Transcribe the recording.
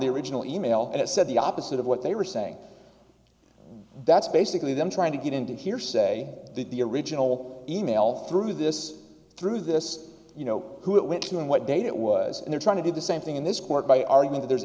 the original email and it said the opposite of what they were saying that's basically them trying to get into hearsay that the original email through this through this you know who it went to and what date it was and they're trying to do the same thing in this court by argument there's